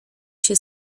się